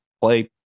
play